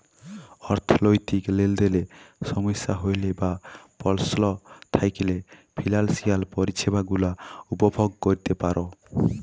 অথ্থলৈতিক লেলদেলে সমস্যা হ্যইলে বা পস্ল থ্যাইকলে ফিলালসিয়াল পরিছেবা গুলা উপভগ ক্যইরতে পার